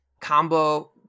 combo